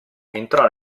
entrò